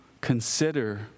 consider